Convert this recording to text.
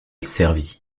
servis